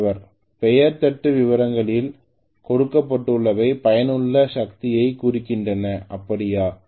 மாணவர் பெயர் தட்டு விவரங்களில் கொடுக்கப்பட்டுள்ளவை பயனுள்ள சக்தியைக் குறிக்கின்றன அப்படியா